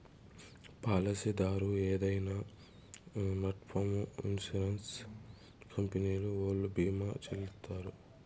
పాలసీదారు ఏదైనా నట్పూమొ ఇన్సూరెన్స్ కంపెనీ ఓల్లు భీమా చెల్లిత్తారు